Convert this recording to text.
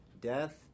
death